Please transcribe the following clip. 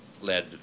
led